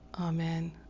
Amen